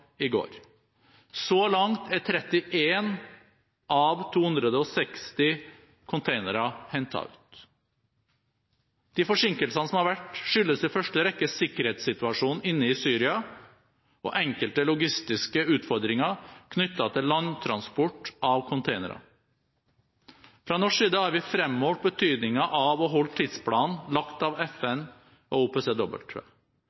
i går. Så langt er 31 av 260 containere hentet ut. De forsinkelser som har vært, skyldes i første rekke sikkerhetssituasjonen inne i Syria og enkelte logistiske utfordringer knyttet til landtransport av containere. Fra norsk side har vi fremholdt betydningen av å holde tidsplanen lagt av